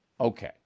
Okay